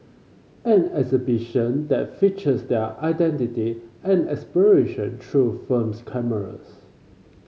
an exhibition that features their identity and aspiration through film cameras